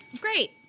Great